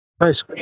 Nice